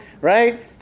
right